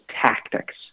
tactics